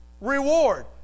reward